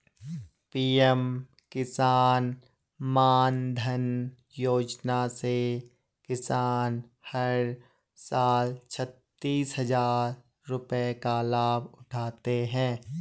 PM Kisan Maandhan Yojana से किसान हर साल छतीस हजार रुपये का लाभ उठाते है